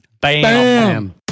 Bam